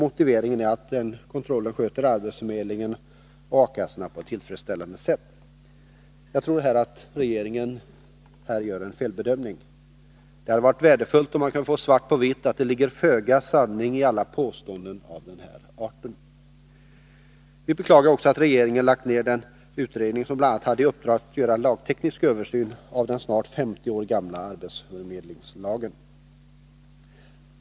Motiveringen är att den kontrollen sköter arbetsförmedlingen och A kassorna på ett tillfredsställande sätt. Jag tror att regeringen här gör en felbedömning. Det hade varit värdefullt om man hade kunnat få svart på vitt på att det ligger föga sanning i alla påståenden av den här arten. Vi beklagar också att regeringen har lagt ned den utredning som bl.a. hade i uppdrag att göra en lagteknisk översyn av den snart 50 år gamla arbetsförmedlingslagen.